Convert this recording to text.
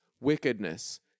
wickedness